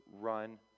run